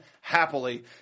happily